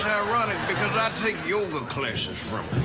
ah ironic, because i take yoga classes from